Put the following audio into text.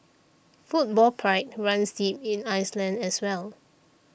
football pride runs deep in Iceland as well